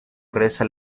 reza